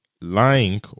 lying